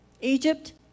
Egypt